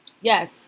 yes